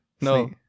No